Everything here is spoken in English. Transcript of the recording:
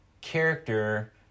character